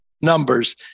numbers